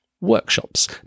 workshops